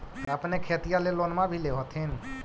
अपने खेतिया ले लोनमा भी ले होत्थिन?